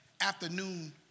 afternoon